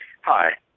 Hi